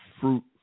fruit